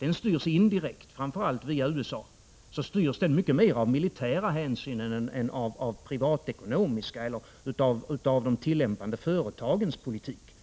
som indirekt framför allt styrs via USA, styrs mycket mer av militära hänsyn än av privatekonomiska eller av de tillämpande företagens politik.